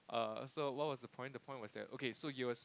err so what was the point the point was that okay so he was